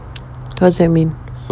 what's that mean